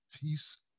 peace